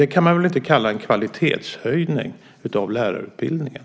Det kan man väl inte kalla en kvalitetshöjning av lärarutbildningen?